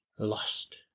lost